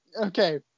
Okay